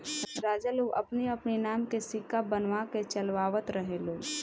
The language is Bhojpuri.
राजा लोग अपनी अपनी नाम के सिक्का बनवा के चलवावत रहे लोग